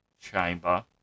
chamber